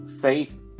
Faith